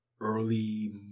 early